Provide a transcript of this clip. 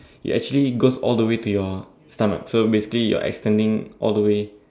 you actually it goes all the way to your stomach so basically you're extending all the way